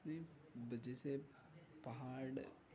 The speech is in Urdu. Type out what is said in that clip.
نہیں جیسے پہاڑ